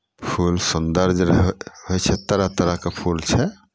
फूल सुन्दर जे रहै होइ छै तरह तरहके फूल छै